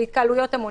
של התקהלויות המוניות.